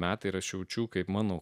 metai ir aš jaučiu kaip mano